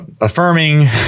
affirming